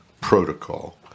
protocol